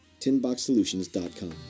TinBoxSolutions.com